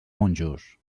monjos